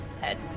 head